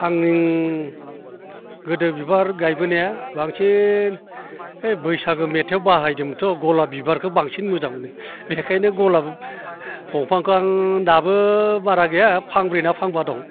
आंनि गोदो बिबार गायबोनाया बांसिन ओइ बैसागो मेथाइयाव बाहायदोंमोन थ' गलाब बिबारखो बांसिन मोजां मोनो बिनिखायनो गलाब दंफांखो आं दाबो बारा गैया फांब्रै ना फांबा दं